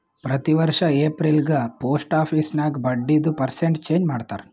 ಪ್ರತಿ ವರ್ಷ ಎಪ್ರಿಲ್ಗ ಪೋಸ್ಟ್ ಆಫೀಸ್ ನಾಗ್ ಬಡ್ಡಿದು ಪರ್ಸೆಂಟ್ ಚೇಂಜ್ ಮಾಡ್ತಾರ್